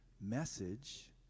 message